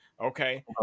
Okay